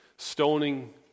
Stoning